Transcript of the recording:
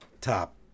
top